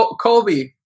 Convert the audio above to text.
Kobe